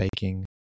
baking